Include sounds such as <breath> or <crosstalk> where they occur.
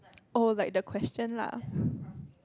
oh like the question lah <breath>